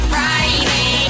Friday